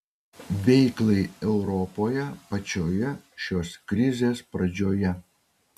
veiklai europoje pačioje šios krizės pradžioje